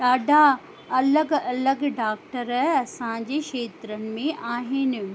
ॾाढा अलॻि अलॻि डॉक्टर असांजी खेत्र में आहिनि